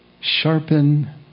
sharpen